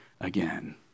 again